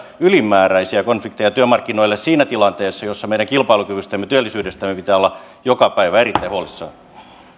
ylimääräisiä konflikteja työmarkkinoille siinä tilanteessa jossa meidän kilpailukyvystämme ja työllisyydestämme pitää olla joka päivä erittäin huolissaan